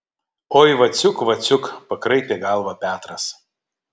oi vaciuk vaciuk pakraipė galvą petras